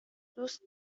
دوست